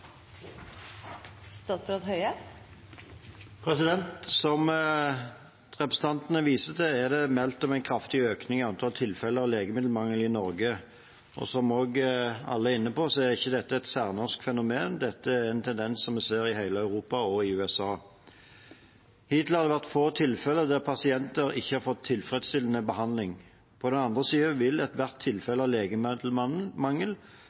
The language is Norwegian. det meldt om en kraftig økning i antall tilfeller av legemiddelmangel i Norge. Og som alle er inne på, er ikke dette et særnorsk fenomen, dette er en tendens som vi ser i hele Europa og i USA. Hittil har det vært få tilfeller der pasienter ikke har fått tilfredsstillende behandling. På den annen side vil ethvert